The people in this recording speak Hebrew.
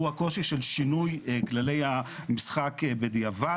הוא הקושי של שינוי כללי המשחק בדיעבד.